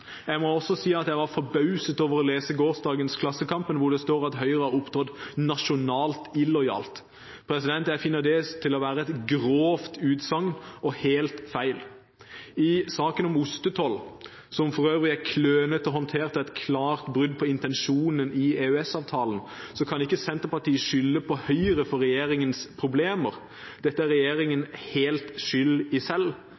Jeg må også si at jeg var forbauset over å lese gårsdagens Klassekampen, hvor det står at Høyre har opptrådt «nasjonalt illojalt». Jeg finner det å være et grovt og helt feil utsagn. I saken om ostetoll, som for øvrig er klønete håndtert og et klart brudd på intensjonen i EØS-avtalen, kan ikke Senterpartiet skylde på Høyre for regjeringens problemer. Dette er regjeringen helt skyld i selv.